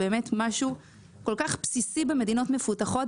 משהו כל כך בסיסי במדינות מפותחות,